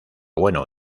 bueno